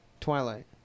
Twilight